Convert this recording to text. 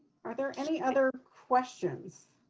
are there any other questions?